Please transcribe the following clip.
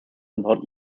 about